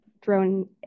drone